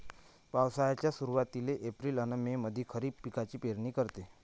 पावसाळ्याच्या सुरुवातीले एप्रिल अन मे मंधी खरीप पिकाची पेरनी करते